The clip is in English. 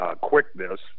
quickness